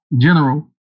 general